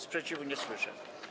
Sprzeciwu nie słyszę.